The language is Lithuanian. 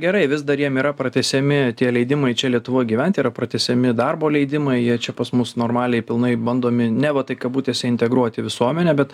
gerai vis dar jiem yra pratęsiami tie leidimai čia lietuvoj gyventi yra pratęsiami darbo leidimai jie čia pas mus normaliai pilnai bandomi neva tai kabutėse integruot į visuomenę bet